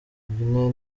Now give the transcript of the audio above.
guinee